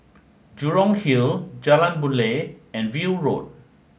Jurong Hill Jalan Boon Lay and View Road